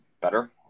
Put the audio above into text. better